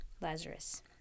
Lazarus